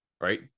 right